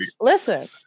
Listen